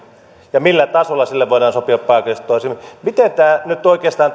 millä tasolla siitä voidaan sopia paikallisesti toisin mitä tämä teidän lomarahaesityksenne nyt oikeastaan